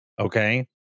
okay